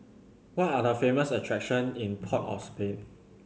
what are the famous attractions in Port of Spain